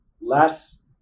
less